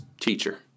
teacher